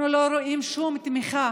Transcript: אנחנו לא רואים שום תמיכה